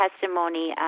testimony